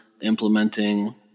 implementing